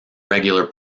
regular